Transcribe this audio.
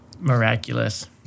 miraculous